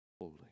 holy